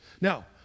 Now